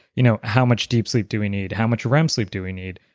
you know how much deep sleep do we need? how much rem sleep do we need?